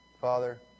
Father